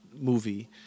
movie